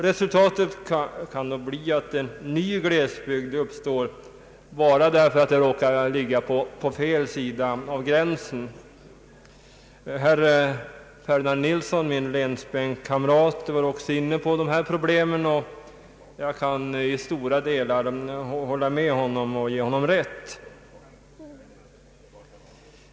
Resultatet kan bli att en ny glesbygd uppstår bara därför att den råkar ligga på fel sida om gränsen. Herr Ferdinand Nilsson, min länsbänkkamrat, var också inne på dessa problem, och jag kan till stora delar hålla med honom.